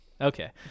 Okay